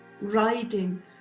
riding